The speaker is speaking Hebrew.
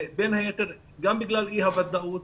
בין היתר גם בגלל אי הוודאות,